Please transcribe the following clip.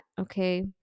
Okay